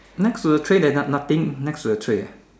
next to the tray there's noth~ noth~ nothing next to the tray ah